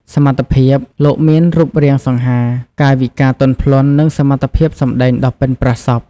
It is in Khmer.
សមត្ថភាព លោកមានរូបរាងសង្ហា កាយវិការទន់ភ្លន់ និងសមត្ថភាពសម្ដែងដ៏ប៉ិនប្រសប់។